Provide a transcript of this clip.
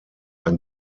ein